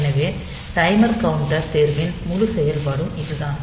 எனவே timer counter தேர்வின் முழு செயல்பாடும் இதுதான்